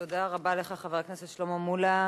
תודה רבה לך, חבר הכנסת שלמה מולה.